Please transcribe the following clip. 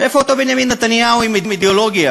איפה אותו בנימין נתניהו עם אידיאולוגיה,